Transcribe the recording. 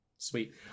Sweet